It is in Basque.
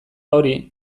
hori